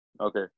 Okay